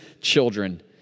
children